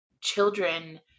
children